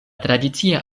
tradicia